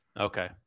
Okay